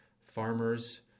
farmers